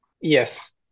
Yes